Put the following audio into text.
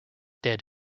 dead